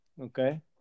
okay